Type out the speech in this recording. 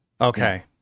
Okay